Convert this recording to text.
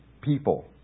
people